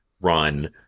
run